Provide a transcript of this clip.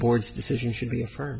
board's decision should be for